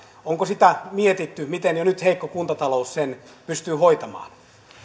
onko sitä mietitty miten jo nyt heikko kuntatalous sen pystyy hoitamaan